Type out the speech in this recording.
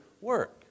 work